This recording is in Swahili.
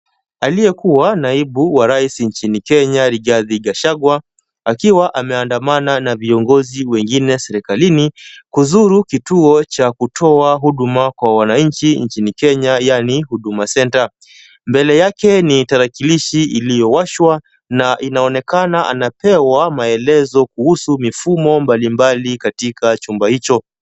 Aliyekuwa naibu wa rais nchini Kenya, Rigathi Gachagua, akiwa ameandamana na viongozi wengine serikalini, kuzuru kituo cha kutoa huduma kwa wananchi nchini Kenya, yaani Huduma Centre. Mbele yake ni tarakilishi iliyowashwa na inaonekana anapewa maelezo kuhusu mifumo mbali mbali katika chumba hicho.